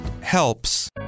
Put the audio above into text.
helps